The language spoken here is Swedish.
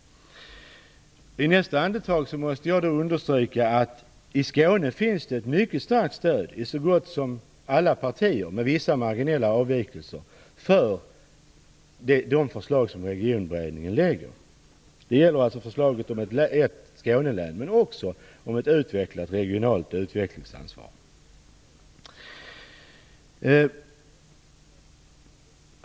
Jag måste då understryka att det i Skåne finns ett mycket starkt stöd i så gott som alla partier - med vissa marginella avvikelser - för de förslag som Regionberedningen har lagt fram. Det gäller alltså förslaget om ett Skånelän men också om ett utvecklat regionalt utvecklingsansvar.